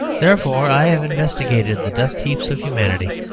therefore i have investigated the dust-heaps of humanity,